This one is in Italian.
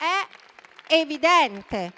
È evidente